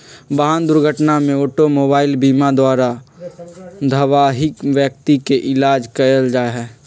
वाहन दुर्घटना में ऑटोमोबाइल बीमा द्वारा घबाहिल व्यक्ति के इलाज कएल जाइ छइ